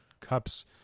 Cups